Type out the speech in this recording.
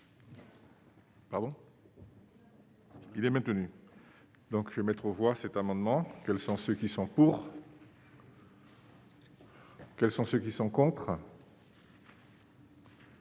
amendement. Il est maintenu, donc vais mettre aux voix, cet amendement, quels sont ceux qui sont pour. Quels sont ceux qui sont contre.